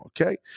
Okay